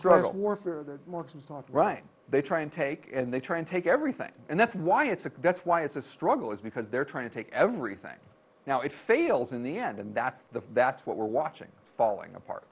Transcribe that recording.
struggle warfare the marxist all right they try and take and they try and take everything and that's why it's a that's why it's a struggle is because they're trying to take everything now it fails in the end and that's the that's what we're watching falling apart